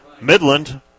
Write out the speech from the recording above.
Midland